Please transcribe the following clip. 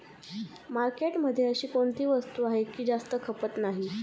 मार्केटमध्ये अशी कोणती वस्तू आहे की जास्त खपत नाही?